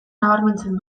nabarmentzen